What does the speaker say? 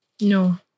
No